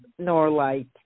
Norlight